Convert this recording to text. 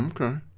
Okay